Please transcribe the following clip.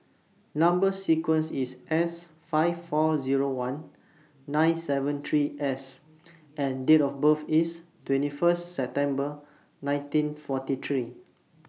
Number sequence IS S five four Zero one nine seven three S and Date of birth IS twenty First September nineteen forty three